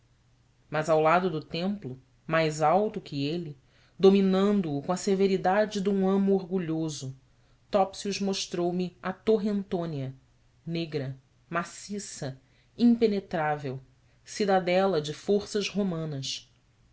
mas ao lado do templo mais alto que ele dominando o com a severidade de um amo orgulhoso topsius mostrou-me a torre antônia negra maciça impenetrável cidadela de forças romanas